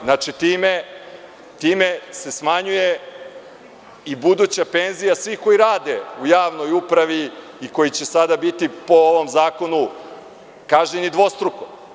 Znači, time se smanjuje i buduća penzija svih koji rade u javnoj upravi i koji će sada biti po ovom zakonu kažnjeni dvostruko.